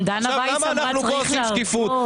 גם דנה וייס אמרה שצריך להרפות.